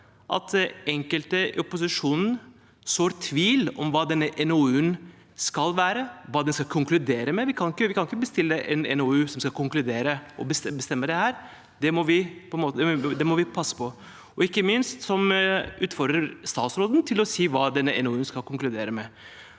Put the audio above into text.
at enkelte i opposisjonen sår tvil om hva denne NOU-en skal være, hva den skal konkludere med. Vi kan ikke bestille en NOU, konkludere og bestemme det her. Det må vi passe på. Ikke minst utfordrer man statsråden til å si hva denne NOUen skal konkludere med.